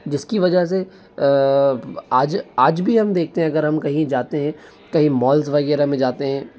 जिसकी वजह से आज आज भी हम देखते हैं अगर हम कहीं जाते हैं कहीं मॉल्स वगैरह में जाते हैं